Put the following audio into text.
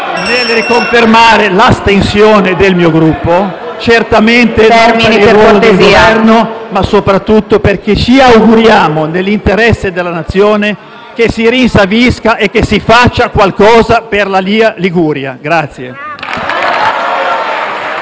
il voto di astensione del mio Gruppo, certamente non per il ruolo del Governo ma soprattutto perché ci auguriamo, nell'interesse della Nazione, che si rinsavisca e che si faccia qualcosa per la mia Liguria.